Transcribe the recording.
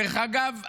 דרך אגב,